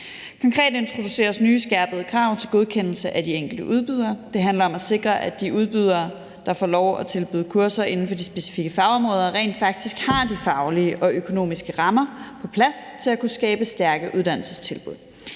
Konkret introduceres nye, skærpede krav til godkendelse af de enkelte udbydere. Det handler om at sikre, at de udbydere, der får lov at tilbyde kurser inden for de specifikke fagområder, rent faktisk har de faglige og økonomiske rammer på plads til at kunne skabe stærke uddannelsestilbud.